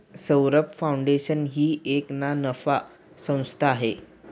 Saurabh foundation ही एक ना नफा संस्था आहे